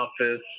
Office